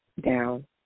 down